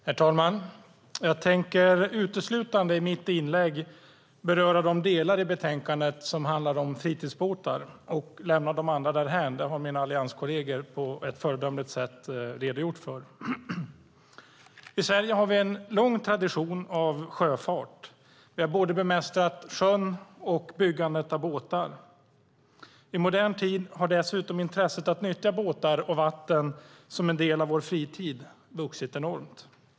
Herr talman! Jag tänker i mitt inlägg uteslutande beröra de delar i betänkandet som handlar om fritidsbåtar och lämna de andra därhän. Dem har mina allianskolleger på ett föredömligt sätt redogjort för. I Sverige har vi en lång tradition av sjöfart. Vi har bemästrat både sjön och byggandet av båtar. I modern tid har intresset att nyttja båtar och vatten som en del av vår fritid dessutom vuxit enormt.